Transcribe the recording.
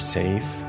safe